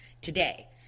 today